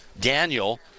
Daniel